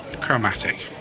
Chromatic